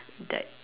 died